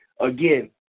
Again